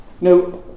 now